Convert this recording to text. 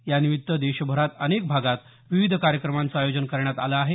यानिमित्त देशभरात अनेक भागात विविध कार्यक्रमांचं आयोजन करण्यात आलं आहे